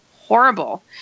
horrible